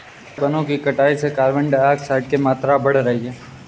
क्या आपको पता है वनो की कटाई से कार्बन डाइऑक्साइड की मात्रा बढ़ रही हैं?